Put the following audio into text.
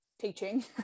teaching